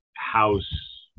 house